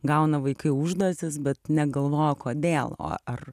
gauna vaikai užduotis bet negalvoja kodėl o ar